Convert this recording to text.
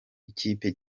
y’ikipe